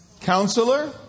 Counselor